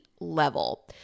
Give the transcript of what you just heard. level